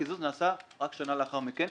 הקיזוז נעשה רק שנה לאחר מכן,